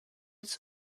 its